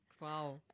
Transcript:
wow